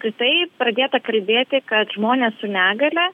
kitaip pradėta kalbėti kad žmonės su negalia